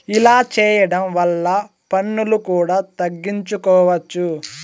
ఇలా చేయడం వల్ల పన్నులు కూడా తగ్గించుకోవచ్చు